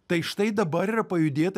tai štai dabar yra pajudėta